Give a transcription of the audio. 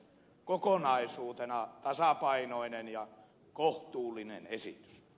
kokonaisuutena tasapainoinen ja kohtuullinen esitys